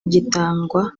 gitangwa